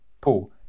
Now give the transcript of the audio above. Paul